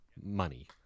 money